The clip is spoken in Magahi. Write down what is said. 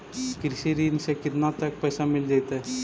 कृषि ऋण से केतना तक पैसा मिल जइतै?